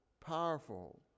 powerful